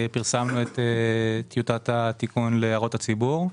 פרסמנו את טיוטת התיקון להערות הציבור.